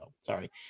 sorry